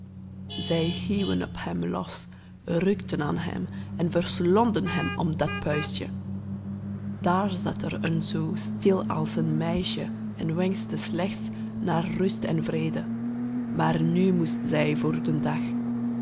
zij hieuwen op hem los rukten aan hem en verslonden hem om dat puistje daar zat er een zoo stil als een meisje en wenschte slechts naar rust en vrede maar nu moest zij voor den dag